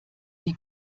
die